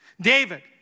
David